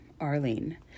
arlene